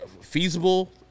feasible